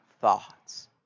thoughts